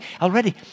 already